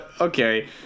Okay